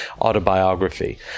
autobiography